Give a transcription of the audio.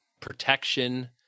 protection